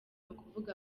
ukuvuga